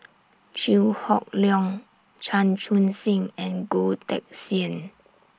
Chew Hock Leong Chan Chun Sing and Goh Teck Sian